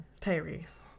Tyrese